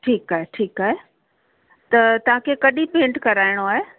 ठीकु आहे ठीकु आहे तव्हांखे कॾहिं पेंट कराइणो आहे